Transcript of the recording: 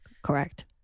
Correct